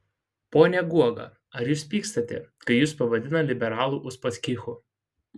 pone guoga ar jūs pykstate kai jus pavadina liberalų uspaskichu